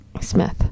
Smith